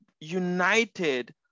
united